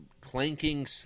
clanking